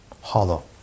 Hollow